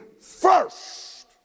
first